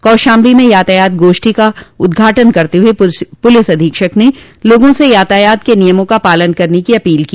कौशाम्बी में यातायात गोष्ठी का उद्घाटन करते हुए पुलिस अधीक्षक ने लोगों से यातायात के नियमों का पालन करने की अपील की